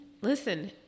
listen